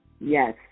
Yes